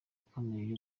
ikomeye